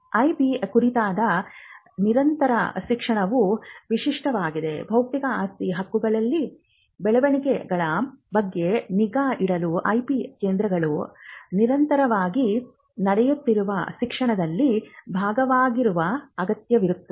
IP ಕುರಿತಾದ ನಿರಂತರ ಶಿಕ್ಷಣವು ವಿಶಿಷ್ಟವಾಗಿದೆ ಬೌದ್ಧಿಕ ಆಸ್ತಿ ಹಕ್ಕುಗಳಲ್ಲಿನ ಬೆಳವಣಿಗೆಗಳ ಬಗ್ಗೆ ನಿಗಾ ಇಡಲು ಐಪಿ ಕೇಂದ್ರಗಳು ನಿರಂತರವಾಗಿ ನಡೆಯುತ್ತಿರುವ ಶಿಕ್ಷಣದಲ್ಲಿ ಭಾಗವಹಿಸುವ ಅಗತ್ಯವಿದೆ